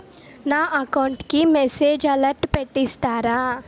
నా అకౌంట్ కి message alert పెట్టిస్తారా